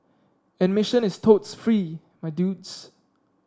admission is totes free my dudes